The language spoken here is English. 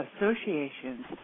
associations